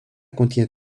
contient